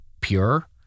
pure